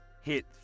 hit